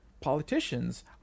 politicians